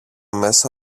μέσα